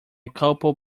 couple